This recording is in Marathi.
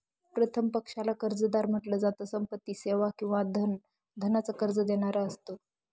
प्रथम पक्षाला कर्जदार म्हंटल जात, संपत्ती, सेवा किंवा धनाच कर्ज देणारा असतो